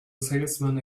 salesman